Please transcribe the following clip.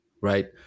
Right